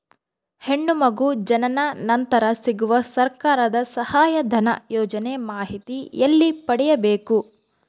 ಹೆಣ್ಣು ಮಗು ಜನನ ನಂತರ ಸಿಗುವ ಸರ್ಕಾರದ ಸಹಾಯಧನ ಯೋಜನೆ ಮಾಹಿತಿ ಎಲ್ಲಿ ಪಡೆಯಬೇಕು?